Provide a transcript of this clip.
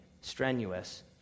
strenuous